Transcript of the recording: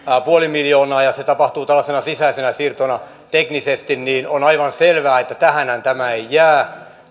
viisi miljoonaa ja se tapahtuu tällaisena sisäisenä siirtona teknisesti niin on aivan selvää että tähänhän tämä ei jää